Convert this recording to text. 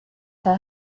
her